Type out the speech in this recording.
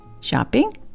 shopping